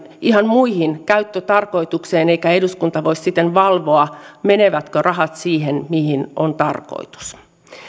ihan muihin käyttötarkoituksiin eikä eduskunta voi siten valvoa menevätkö rahat siihen mihin on tarkoitus